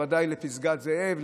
בוודאי לפסגת זאב,